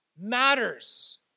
matters